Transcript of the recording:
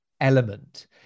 element